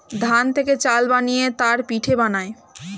ধান থেকে চাল বানিয়ে তার পিঠে বানায়